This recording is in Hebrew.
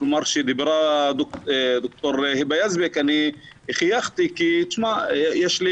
כשדיברה ד"ר היבה יזבק, אני חייכתי כי יש לי